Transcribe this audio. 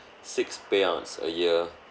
six payouts a year